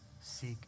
seek